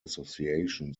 association